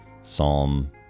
psalm